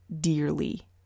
dearly